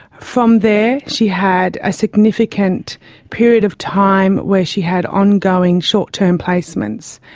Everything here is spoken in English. from there she had a significant period of time where she had ongoing short-term placements.